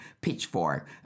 pitchfork